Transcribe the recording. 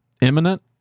imminent